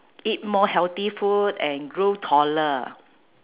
eat more healthy food and grow taller